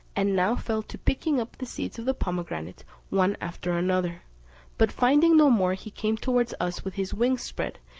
and now fell to picking up the seeds of the pomegranate one after another but finding no more, he came towards us with his wings spread,